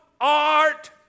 art